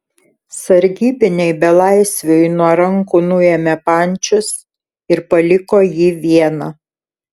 sargybiniai belaisviui nuo rankų nuėmė pančius ir paliko jį vieną